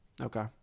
Okay